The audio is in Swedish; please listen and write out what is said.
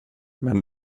men